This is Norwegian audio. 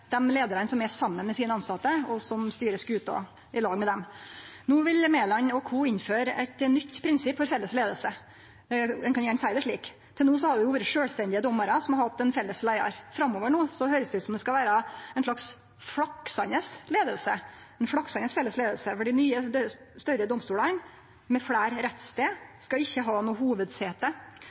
dei leiarane som er saman med sine tilsette, og som styrer skuta i lag med dei. No vil Mæland og co. innføre eit nytt prinsipp for felles leiing. Ein kan gjerne seie det slik. Til no har det vore sjølvstendige dommarar som har hatt ein felles leiar. Framover no høyrest det ut som at det skal vere ei slags flaksande leiing, ei flaksande felles leiing, for dei nye, større domstolane med fleire rettsstader skal ikkje ha noko hovudsete.